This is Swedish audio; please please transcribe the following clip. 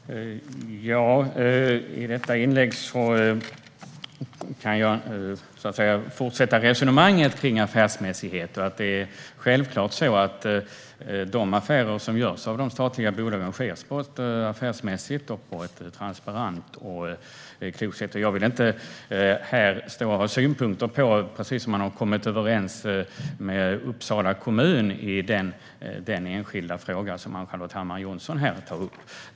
Herr talman! I detta inlägg kan jag fortsätta resonemanget kring affärsmässighet. Det är självklart så att de affärer som görs av de statliga bolagen sköts på ett affärsmässigt, transparent och klokt sätt. Jag vill inte stå här och ha synpunkter på precis vad man har kommit överens med Uppsala kommun om i den enskilda fråga Ann-Charlotte Hammar Johnsson tar upp.